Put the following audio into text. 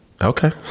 Okay